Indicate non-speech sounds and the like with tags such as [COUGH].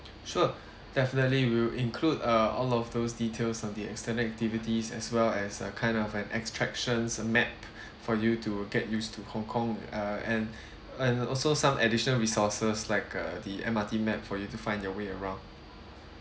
sure [BREATH] definitely will include uh all of those details on the external activities as well as a kind of an extractions map [BREATH] for you to get used to hongkong uh and [BREATH] and also some additional resources like uh the M_R_T map for you to find your way around